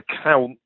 account